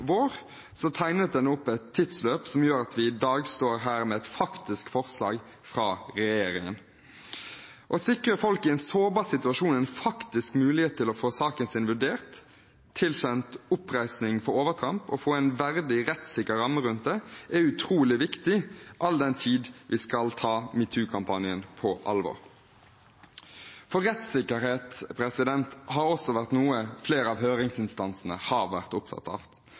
vår, tegnet den opp et tidsløp som gjør at vi i dag står her med et faktisk forslag fra regjeringen. Å sikre folk i en sårbar situasjon en faktisk mulighet til å få saken sin vurdert, å få tilkjent oppreisning for overtramp og få en verdig, rettssikker ramme rundt det, er utrolig viktig, all den tid vi skal ta metoo-kampanjen på alvor. Rettssikkerhet har også vært noe flere av høringsinstansene har vært opptatt av.